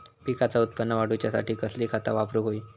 पिकाचा उत्पन वाढवूच्यासाठी कसली खता वापरूक होई?